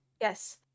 yes